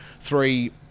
three